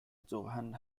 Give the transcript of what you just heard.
johann